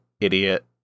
idiot